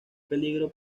peligroso